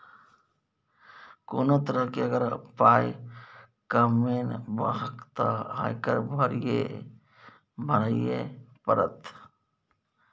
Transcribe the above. कोनो तरहे अगर पाय कमेबहक तँ आयकर भरइये पड़त